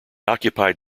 occupied